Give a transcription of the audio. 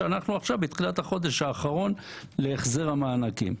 שאנחנו עכשיו בתחילת החודש האחרון להחזר המענקים.